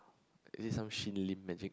is it some Shin-Lim magic